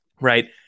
Right